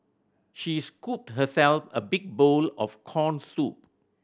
she scooped herself a big bowl of corn soup